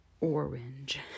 orange